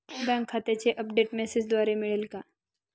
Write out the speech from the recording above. Bank खात्याचे update मेसेजद्वारे मिळेल का?